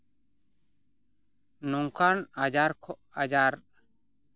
ᱱᱚᱝᱠᱟᱱ ᱟᱡᱟᱨ ᱠᱷᱚᱱ ᱟᱡᱟᱨ